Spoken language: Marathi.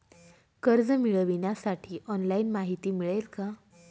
कर्ज मिळविण्यासाठी ऑनलाइन माहिती मिळेल का?